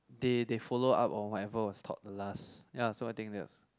they they follow up on whatever was taught last ya so I think that's